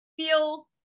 feels